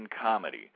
comedy